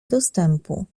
dostępu